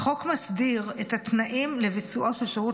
החוק מסדיר את התנאים לביצועו של שירות